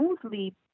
smoothly